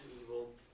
evil